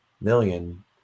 million